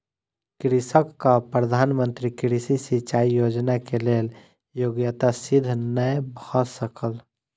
कृषकक प्रधान मंत्री कृषि सिचाई योजना के लेल योग्यता सिद्ध नै भ सकल